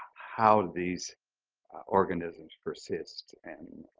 how these organisms persist and